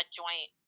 joint